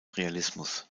realismus